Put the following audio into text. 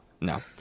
No